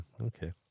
okay